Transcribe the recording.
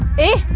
a